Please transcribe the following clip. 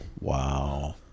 Wow